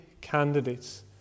candidates